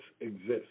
exist